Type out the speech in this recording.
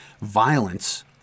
violence